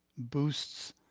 boosts